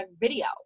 video